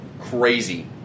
Crazy